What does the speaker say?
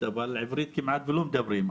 אבל עברית כמעט לא מדברים,